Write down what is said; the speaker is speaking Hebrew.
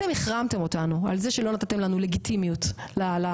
אתם החרמתם אותנו על זה שלא נתתם לנו לגיטימיות לשלטון,